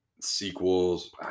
sequels